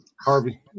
Harvey